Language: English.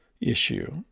issue